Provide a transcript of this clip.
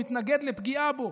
הוא מתנגד לפגיעה בו.